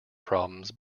problems